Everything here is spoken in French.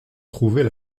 trouvait